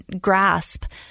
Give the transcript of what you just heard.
grasp